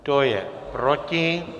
Kdo je proti?